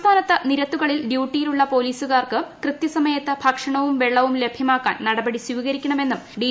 സംസ്ഥാനത്ത് നിരത്തുകളിൽ ഡ്യൂട്ടിയിലുള്ള പൊലീസുകാർക്ക് കൃത്യസമയത്ത് ഭക്ഷണവും വെള്ളവും ലഭ്യമാക്കാൻ നടപടി സ്വീകരിക്കണമെന്നും ഡി